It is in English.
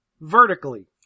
vertically